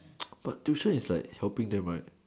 but tuition is like helping them right